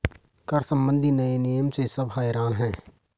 कर संबंधी नए नियम से सब हैरान हैं